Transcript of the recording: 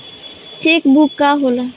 Check book का होला?